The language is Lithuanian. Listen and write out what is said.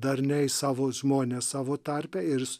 darniai savo žmonės savo tarpe ir